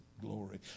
glory